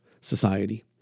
society